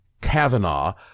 Kavanaugh